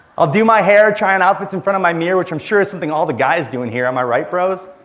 i'll do my hair, try on outfits in front of my mirror, which i'm sure is something all the guys do in here, am i right, bros?